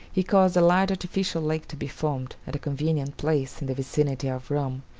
he caused a large artificial lake to be formed at a convenient place in the vicinity of rome,